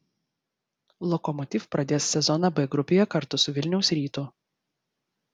lokomotiv pradės sezoną b grupėje kartu su vilniaus rytu